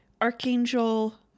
Archangel